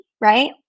Right